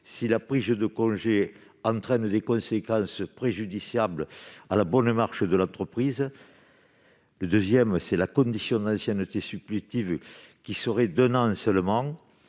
à une prise de congé qui entraînerait des conséquences préjudiciables à la bonne marche de l'entreprise. Ensuite, la condition d'ancienneté supplétive serait d'un an seulement